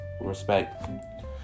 respect